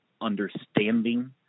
understanding